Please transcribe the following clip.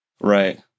Right